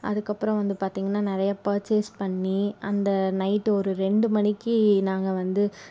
அதுக்கப்பறம் வந்து பார்த்திங்கனா நிறைய பர்ச்சேஸ் பண்ணி அந்த நைட் ஒரு ரெண்டு மணிக்கு நாங்கள் வந்து